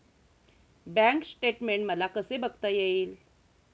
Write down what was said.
Bank statement मला कसे बघता येईल?